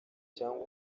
cyangwa